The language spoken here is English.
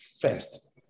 First